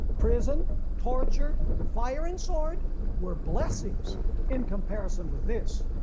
prison torture, fire, and sword were blessings in comparison with this.